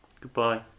Goodbye